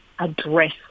address